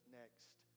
next